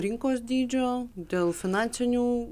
rinkos dydžio dėl finansinių